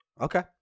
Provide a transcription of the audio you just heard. Okay